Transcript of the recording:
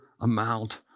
amount